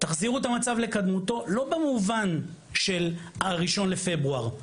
תחזירו את המצב לקדמותו לא במובן של ה-1 בפברואר.